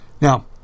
Now